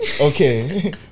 okay